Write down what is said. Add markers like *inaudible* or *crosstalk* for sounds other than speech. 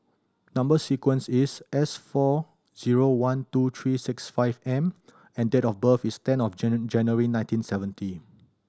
number sequence is S four zero one two three six five M and date of birth is ten of *unintelligible* January nineteen seventy